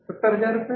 70000 रुपये